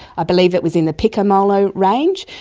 i believe it was in the picomolar range,